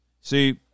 see